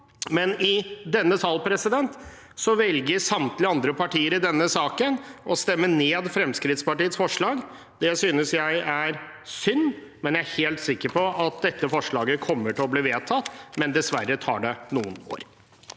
men i denne sal velger samtlige andre partier i denne saken å stemme ned Fremskrittspartiets forslag. Det synes jeg er synd, men jeg er helt sikker på at dette forslaget kommer til å bli vedtatt – dessverre tar det noen år.